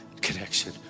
connection